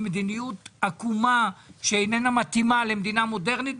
היא מדיניות עקומה שאיננה מתאימה למדינה מודרנית,